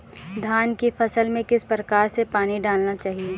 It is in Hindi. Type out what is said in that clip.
धान की फसल में किस प्रकार से पानी डालना चाहिए?